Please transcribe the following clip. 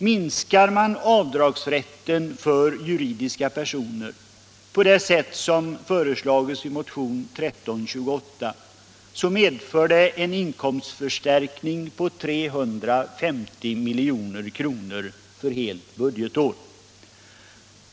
Minskar man avdragsrätten för juridiska personer på det sätt som föreslagits i motionen 1328 medför det en inkomstförstärkning på 350 milj.kr. för helt budgetår.